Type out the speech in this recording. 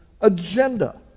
agenda